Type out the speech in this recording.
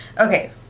Okay